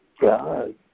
God